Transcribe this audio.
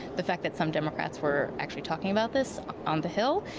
the fact that some democrats were actually talking about this on the hill,